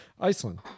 Iceland